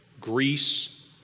Greece